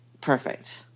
Perfect